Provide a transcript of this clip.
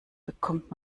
bekommt